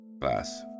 class